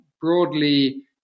broadly